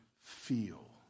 feel